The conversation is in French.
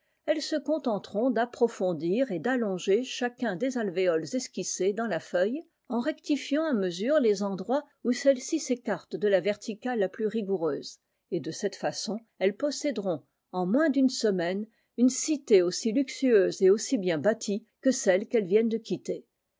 elles se contenteront d'approfondir et d'allonger chacun des alvéoles esquissés dans la feuille en rectifiant à mesure les endroits où celle-ci s'écarte de la verticale la plus rigoureuse et de cette façon elles posséderont en moins d'une semaine une cité aussi luxueuse et aussi bien bâtie que celle qu'elles viennent de quitter